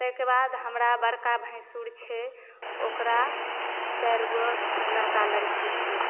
ताहिके बाद हमरा बड़का भैंसुर छै ओकरा चारिगो लड़का लड़की छै